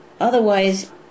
Otherwise